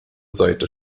seite